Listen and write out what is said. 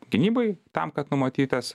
gynybai tam kad numatytas